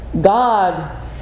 God